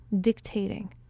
dictating